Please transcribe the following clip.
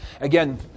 Again